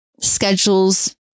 schedules